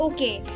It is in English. Okay